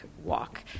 walk